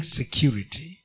security